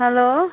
hello